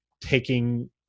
taking